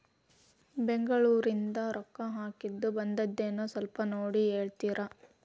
ಬೆಂಗ್ಳೂರಿಂದ ರೊಕ್ಕ ಹಾಕ್ಕಿದ್ದು ಬಂದದೇನೊ ಸ್ವಲ್ಪ ನೋಡಿ ಹೇಳ್ತೇರ?